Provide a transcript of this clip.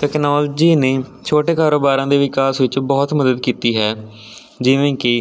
technology ਨੇ ਛੋਟੇ ਕਾਰੋਬਾਰਾਂ ਦੇ ਵਿਕਾਸ ਵਿੱਚ ਬਹੁਤ ਮਦਦ ਕੀਤੀ ਹੈ ਜਿਵੇਂ ਕਿ